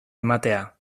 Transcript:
ematea